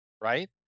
Right